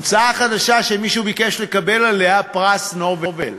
המצאה חדשה שמישהו ביקש לקבל עליה פרס נובל: